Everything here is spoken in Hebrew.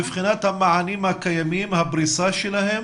מבחינת המענים הקיימים, הפריסה שלהם